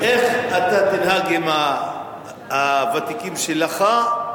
איך שתנהג עם הוותיקים שלך,